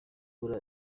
muri